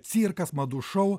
cirkas madų šou